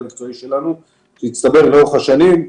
כי אולי זה לא אתה.